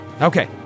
Okay